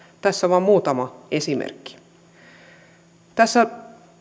tässä vain muutama esimerkki tässä